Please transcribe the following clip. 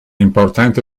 importante